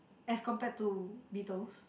as compared to beetles